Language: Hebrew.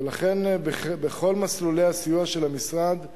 ולכן, בכל מסלולי הסיוע של המשרד,